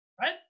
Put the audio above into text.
right